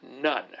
None